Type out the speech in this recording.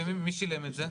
ומי שילם את זה?